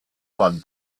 van